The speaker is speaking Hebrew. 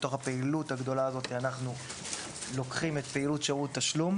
מתוך הפעילות הגדולה הזאת אנחנו לוקחים את פעילות שירות תשלום